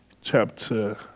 chapter